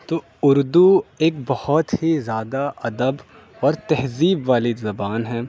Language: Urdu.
تو اردو ایک بہت ہی زیادہ ادب اور تہذیب والی زبان ہے